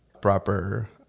proper